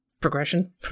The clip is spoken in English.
Progression